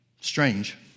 strange